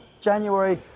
January